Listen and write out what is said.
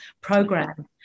program